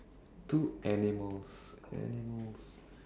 two animals animals